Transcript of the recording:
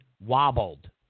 wobbled